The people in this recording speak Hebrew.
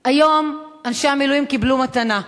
היום אנשי המילואים קיבלו "מתנה".